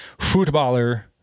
footballer